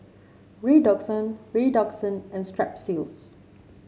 Redoxon Redoxon and Strepsils